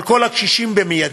על כל הקשישים במיידית,